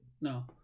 No